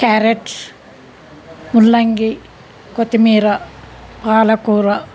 carrots ముల్లంగి కొత్తిమీర పాలకూర